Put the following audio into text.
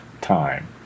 time